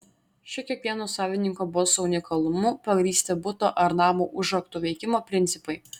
šiuo kiekvieno savininko balso unikalumu pagrįsti buto ar namo užraktų veikimo principai